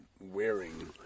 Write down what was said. wearing